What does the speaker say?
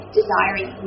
desiring